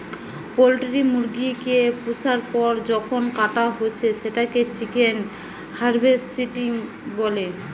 poultry মুরগি কে পুষার পর যখন কাটা হচ্ছে সেটাকে চিকেন হার্ভেস্টিং বলে